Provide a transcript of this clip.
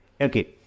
Okay